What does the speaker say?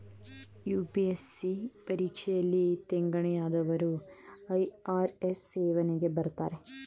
UPSC ಪರೀಕ್ಷೆಯಲ್ಲಿ ತೇರ್ಗಡೆಯಾದವರು IRS ಸೇವೆಗೆ ಬರ್ತಾರೆ